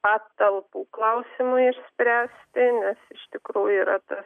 patalpų klausimui spręsti nes iš tikrųjų yra tas